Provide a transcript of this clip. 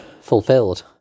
fulfilled